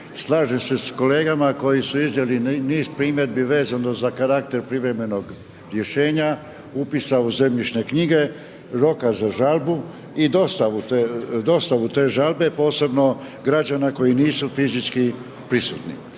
Slažem se sa kolegama koji su izveli niz primjedbi vezano za karakter privremenog rješenja, upisa u zemljišne knjige, roka za žalbu i dostavu te žalbe, posebno građana koji nisu fizički prisutni.